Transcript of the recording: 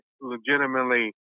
legitimately